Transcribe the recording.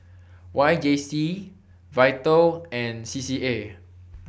Y J C V I T A L and C C A